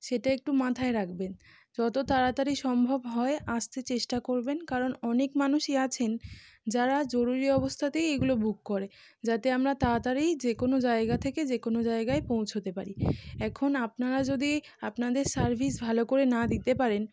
সেটা একটু মাথায় রাখবেন যত তাড়াতাড়ি সম্ভব হয় আসতে চেষ্টা করবেন কারণ অনেক মানুষই আছেন যারা জরুরি অবস্থাতেই এইগুলো বুক করে যাতে আমরা তাড়াতাড়িই যেকোনও জায়গা থেকে যেকোনও জায়গায় পৌঁছতে পারি এখন আপনারা যদি আপনাদের সার্ভিস ভালো করে না দিতে পারেন